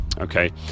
Okay